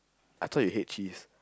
I thought you hate cheese